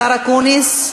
השר אקוניס,